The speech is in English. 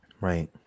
Right